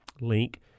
link